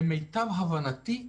למיטב הבנתי,